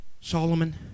Solomon